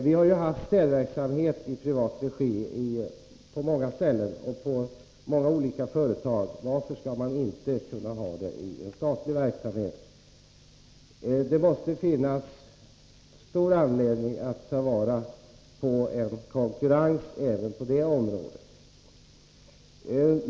Vi har ju haft städverksamhet i privat regi på många olika företag. Varför skulle sådan inte kunna bedrivas i statlig verksamhet? Det måste finnas stor anledning att ha konkurrens även på det området.